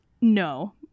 No